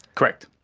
correct.